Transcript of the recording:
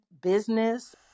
business